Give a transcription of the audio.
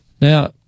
Now